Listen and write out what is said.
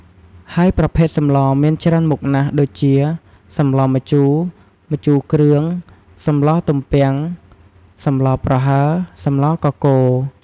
ហើយប្រភេទសម្លរមានច្រើនមុខណាស់ ដូចជា សម្លរម្ជូរ ម្ជូរគ្រឿង សម្លរទំពាំង សម្លរប្រហើរ សម្លរកកូរ។